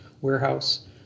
warehouse